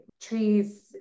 trees